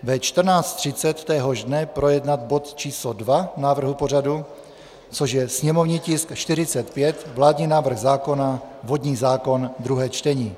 Ve 14.30 téhož dne projednat bod č. 2 návrhu pořadu, což je sněmovní tisk 45, vládní návrh zákona vodní zákon, druhé čtení.